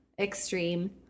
extreme